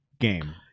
game